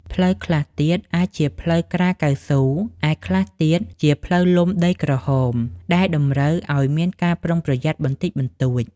ផ្លូវខ្លះទៀតអាចជាផ្លូវក្រាលកៅស៊ូ ឯខ្លះទៀតជាផ្លូវលំដីក្រហមដែលតម្រូវឲ្យមានការប្រុងប្រយ័ត្នបន្តិចបន្តួច។